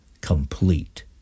complete